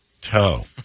toe